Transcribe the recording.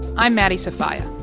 i'm maddie sofia.